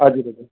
हजुर हजुर